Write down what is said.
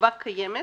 החובה קיימת.